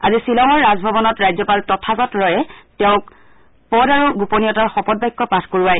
আজি শ্বিলঙৰ ৰাজভৱনত ৰাজ্যপাল তথাগত ৰয়ে তেওঁক পদ আৰু গোপনীয়তাৰ শপত বাক্য পাঠ কৰোৱায়